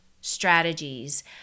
strategies